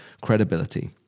credibility